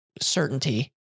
certainty